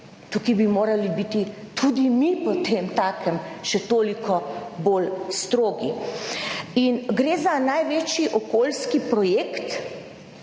Tukaj bi morali biti tudi mi po tem takem še toliko bolj strogi in gre za največji okolijski projekt,